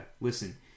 Listen